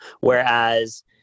Whereas